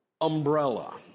Umbrella